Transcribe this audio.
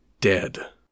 dead